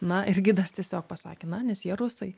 na ir gidas tiesiog pasakė na nes jie rusai